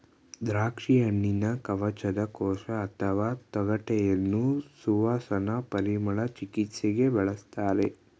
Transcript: ದ್ರಾಕ್ಷಿಹಣ್ಣಿನ ಕವಚದ ಕೋಶ ಅಥವಾ ತೊಗಟೆಯನ್ನು ಸುವಾಸನಾ ಪರಿಮಳ ಚಿಕಿತ್ಸೆಗೆ ಬಳಸ್ತಾರೆ